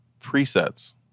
presets